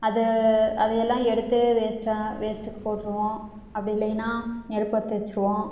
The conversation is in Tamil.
அதை அதையெல்லாம் எடுத்து வேஸ்ட்டாக வேஸ்ட்டுக்கு போட்டிருவோம் அப்படி இல்லைன்னா நெருப்பு பற்ற வச்சுருவோம்